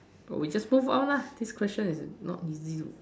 but we just move on ah this question is not easy you know